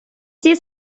всі